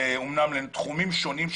אמנם לתחומים שונים,